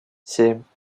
семь